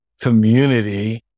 community